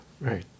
Right